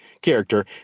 character